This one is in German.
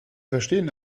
verstehen